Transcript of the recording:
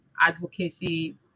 advocacy